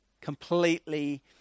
completely